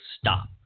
stop